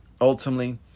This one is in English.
ultimately